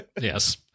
Yes